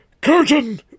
Curtain